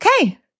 Okay